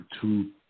two